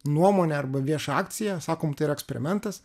nuomonę arba viešą akciją sakom tai yra eksperimentas